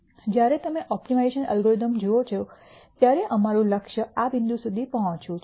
જ્યારે તમે optimisation algorithms જુઓ છો ત્યારે અમારું લક્ષ્ય આ બિંદુ સુધી પહોંચવું છે